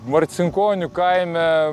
marcinkonių kaime